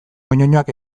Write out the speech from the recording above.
moñoñoak